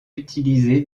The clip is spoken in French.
utilisé